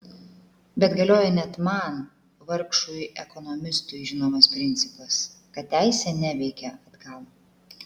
bet galioja net man vargšui ekonomistui žinomas principas kad teisė neveikia atgal